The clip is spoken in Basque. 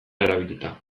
erabilita